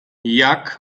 jak